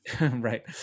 Right